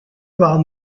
par